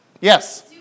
Yes